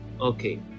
okay